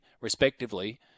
respectively